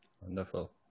Wonderful